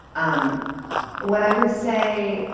um what i would say,